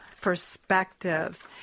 perspectives